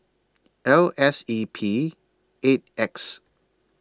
L S E P eight X